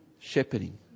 shepherding